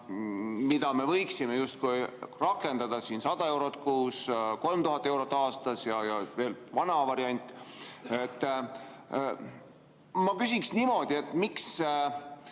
mida me võiksime justkui rakendada: 100 eurot kuus, 3000 eurot aastas ja veel vana variant. Ma küsiksin niimoodi: miks